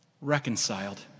reconciled